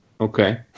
Okay